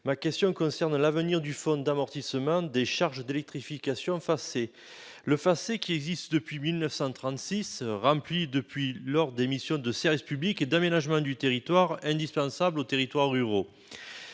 ma question concerne l'avenir du Fonds d'amortissement des charges d'électrification, le FACÉ. Depuis sa création en 1936, ce fond remplit des missions de service public et d'aménagement du territoire indispensables aux territoires ruraux.